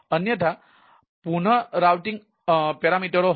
અન્યથા પુનરાઉટિંગ પેરામીટરો હશે